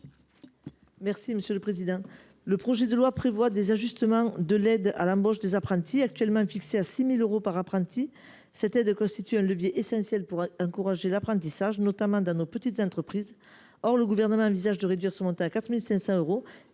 Pantel. Le présent projet de loi de finances prévoit des ajustements du dispositif d’aide à l’embauche d’apprentis. Actuellement fixée à 6 000 euros par apprenti, cette aide constitue un levier essentiel pour encourager l’apprentissage, notamment dans nos petites entreprises. Or le Gouvernement envisage de réduire son montant à 4 500 euros,